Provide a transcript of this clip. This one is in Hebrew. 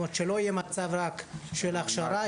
זאת אומרת שלא יהיה מצב רק של הכשרה,